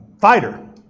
fighter